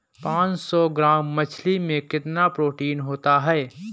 पांच सौ ग्राम मछली में कितना प्रोटीन होता है?